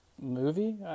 movie